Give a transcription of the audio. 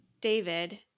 David